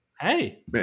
hey